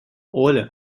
оля